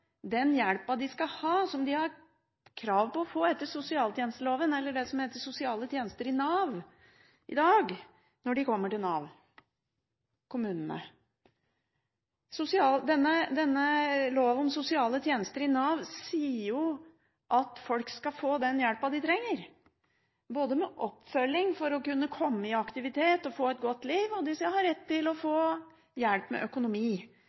den hjelpen de skal ha, som de har krav på å få etter sosialtjenesteloven, og det som heter «Lov om sosiale tjenester i Nav», når de i dag kommer til Nav i kommunene. Loven om sosiale tjenester i Nav sier at folk skal få den hjelpen de trenger, med oppfølging både for å kunne komme i aktivitet og få et godt liv, og de har rett til å få hjelp med økonomi